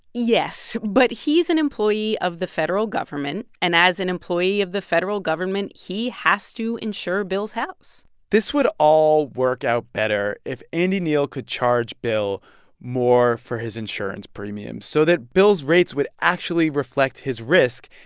yes. but he's an employee of the federal government. and as an employee of the federal government, he has to insure bill's house this would all work out better if andy neal could charge bill more for his insurance premiums so that bill's rates would actually reflect his risk.